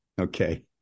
Okay